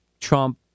Trump